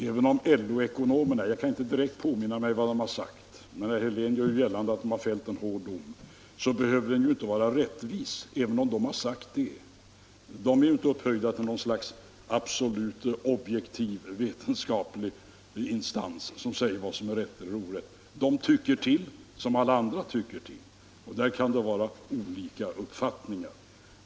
Även om LO-ekonomerna har fällt en hård dom -— jag kan inte direkt påminna mig vad de har sagt, men det är vad herr Helén gör gällande —- behöver den ju inte vara rättvis. De är inte upphöjda till något slags absolut objektiv vetenskaplig instans som säger vad som är rätt eller orätt. De tycker till som alla andra tycker till, och där kan det finnas olika uppfattningar.